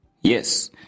Yes